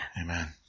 Amen